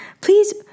please